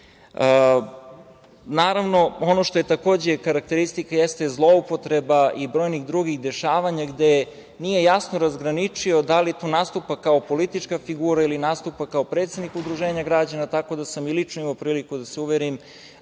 predstavnike. Ono što je takođe karakteristika jeste zloupotreba i brojnih drugih dešavanja, gde nije jasno razgraničio da li tu nastupa kao politička figura ili nastupa kao predsednik udruženja građana, tako da sam i lično imao prilike da se uverim